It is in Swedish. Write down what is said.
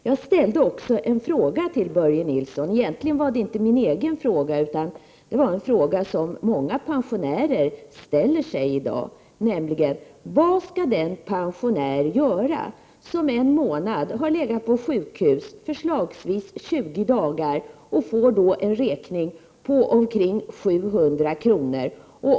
Jag ställde också en fråga till Börje Nilsson. Egentligen var det inte min egen fråga, utan det var en fråga som många pensionärer ställer i dag, nämligen följande: Vad skall den pensionär göra som en viss månad har legat på sjukhus, exempelvis 20 dagar, och får en räkning på omkring 700 kr.?